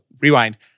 Rewind